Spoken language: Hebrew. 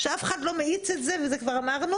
שאף אחד לא מאיץ את זה ואת זה כבר אמרנו,